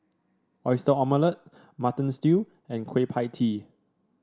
Oyster Omelette Mutton Stew and Kueh Pie Tee